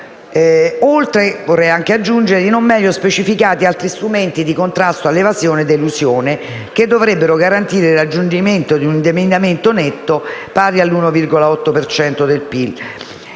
tema, vorrei aggiungere i non meglio specificati altri strumenti di contrasto all'evasione ed elusione, che dovrebbero garantire il raggiungimento di un indebitamento netto pari all'1,8 per